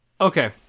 Okay